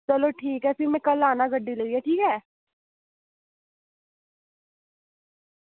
चलो ठीक ऐ भी में कल्ल औना गड्डी लेइयै ठीक ऐ